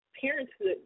parenthood